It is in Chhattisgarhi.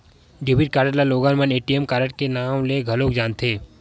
डेबिट कारड ल लोगन मन ए.टी.एम कारड के नांव ले घलो जानथे